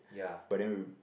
but then